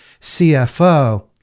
CFO